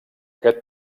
aquest